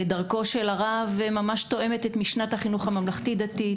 דרכו של הרב ממש תואמת את משנת החינוך הממלכתי-דתי,